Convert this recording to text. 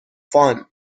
fun